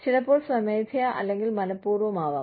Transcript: ചിലപ്പോൾ സ്വമേധയാ അല്ലെങ്കിൽ മനഃപൂർവ്വം ആവാം